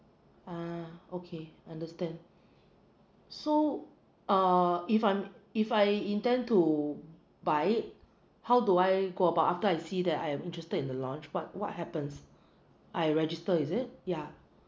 ah okay understand so uh if I'm if I intend to buy it how do I go about after I see that I am interested in the launch what what happens I register is it yeah